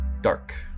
Dark